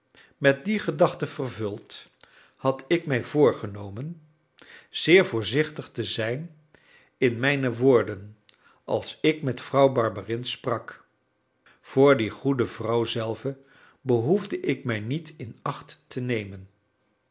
met die gedachte vervuld had ik mij voorgenomen zeer voorzichtig te zijn in mijne woorden als ik met vrouw barberin sprak voor die goede vrouw zelve behoefde ik mij niet inacht te nemen